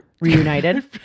reunited